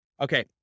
Okay